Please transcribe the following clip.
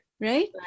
right